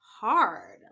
hard